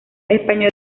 españoles